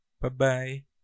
Bye-bye